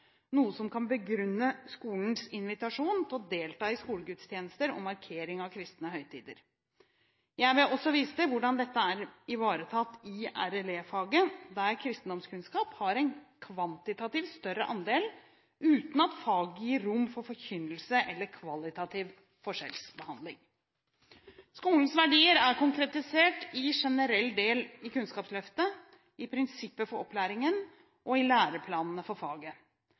noe som kan begrunne skolenes invitasjon til å delta i skolegudstjenester og markering av kristne høytider. Jeg vil også vise til hvordan dette er ivaretatt i RLE-faget, der kristendomskunnskap har en kvantitativ større andel, uten at faget gir rom for forkynnelse eller kvalitativ forskjellsbehandling. Skolens verdier er konkretisert i generell del i Kunnskapsløftet, i prinsipper for opplæringen og i læreplanene for